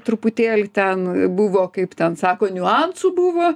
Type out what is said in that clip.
truputėlį ten buvo kaip ten sako niuansų buvo